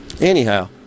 anyhow